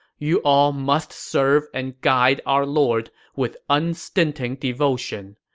you all must serve and guide our lord with unstinting devotion.